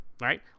right